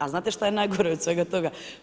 Ali znate što je najgore od svega toga?